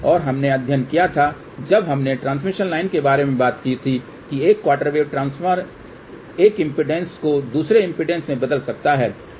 और हमने अध्ययन किया था जब हमने ट्रांसमिशन लाइन के बारे में बात की थी कि एक क्वार्टर वेव ट्रांसफार्मर एक इम्पीडेन्स को दूसरे इम्पीडेन्स में बदल सकता है